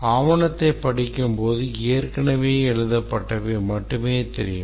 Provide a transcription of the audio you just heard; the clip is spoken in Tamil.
ஆவணத்தைப் படிக்கும்போது ஏற்கனவே எழுதப்பட்டவை மட்டுமே தெரியும்